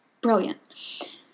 brilliant